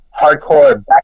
hardcore